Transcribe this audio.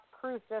Cruces